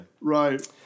right